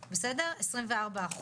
24%,